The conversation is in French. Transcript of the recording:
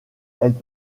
elles